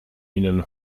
ihnen